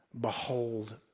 behold